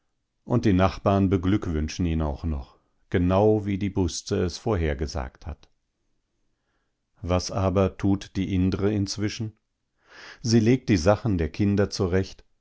und die nachbarn beglückwünschen ihn auch noch genau wie die busze es vorhergesagt hat was aber tut die indre inzwischen sie legt die sachen der kinder zurecht